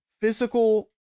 physical